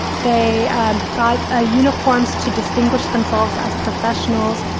they and got ah uniforms to distinguish themselves as professionals.